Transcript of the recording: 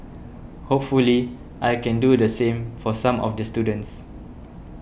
hopefully I can do the same for some of the students